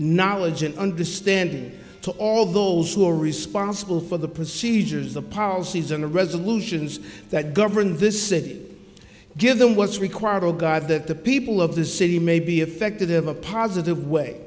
knowledge and understanding to all those who are responsible for the procedures the policies and the resolutions that govern this city give them what's required of god that the people of the city may be effective a positive way